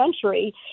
century